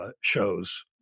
shows